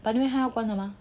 but anyway 他要关了 mah